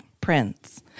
Prince –